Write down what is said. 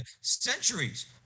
centuries